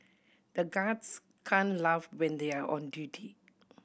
the guards can laugh when they are on duty